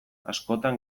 askotan